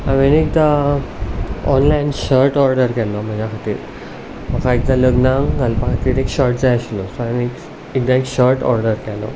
हांवेन एकदां online shirt order केल्लो म्हज्या खातीर म्हाका एकदा लग्नाक घालपा खातीर एक शर्ट जाय आशिल्लो सो हांवेन एक शर्ट ऑर्डर केल्लो